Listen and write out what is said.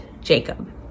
Jacob